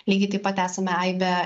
lygiai taip pat esame aibę